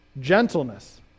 Gentleness